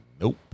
Nope